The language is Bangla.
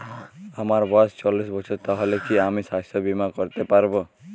আমার বয়স চল্লিশ বছর তাহলে কি আমি সাস্থ্য বীমা করতে পারবো?